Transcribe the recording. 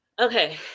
Okay